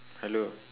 hello